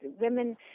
women